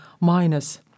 minus